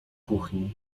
kuchni